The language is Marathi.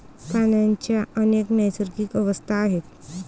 पाण्याच्या अनेक नैसर्गिक अवस्था आहेत